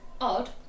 odd